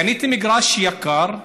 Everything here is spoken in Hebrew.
קניתי מגרש יקר,